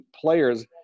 players